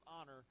honor